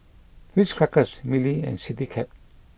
Ritz Crackers Mili and Citycab